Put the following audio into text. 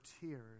tears